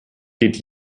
geht